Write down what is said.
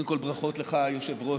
קודם כול, ברכות לך, היושב-ראש.